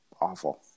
Awful